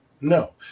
No